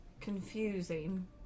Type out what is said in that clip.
confusing